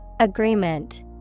Agreement